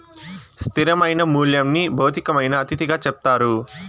స్థిరమైన మూల్యంని భౌతికమైన అతిథిగా చెప్తారు